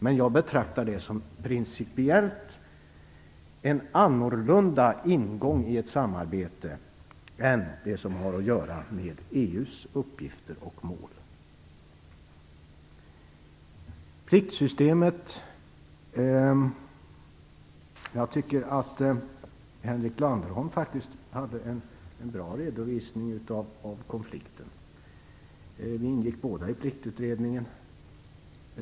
Men jag betraktar det som en principiellt annorlunda ingång i ett samarbete än det som har att göra med EU:s uppgifter och mål. När det gäller pliktsystemet tycker jag att Henrik Landerholm gjorde en bra redovisning av konflikten. Vi ingick båda i Pliktutredningen.